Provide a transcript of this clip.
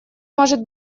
может